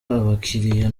abakiliya